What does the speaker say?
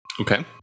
Okay